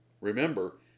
Remember